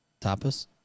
Tapas